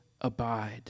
abide